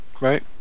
right